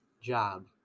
job